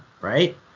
right